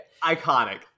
Iconic